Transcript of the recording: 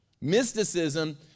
Mysticism